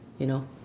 you know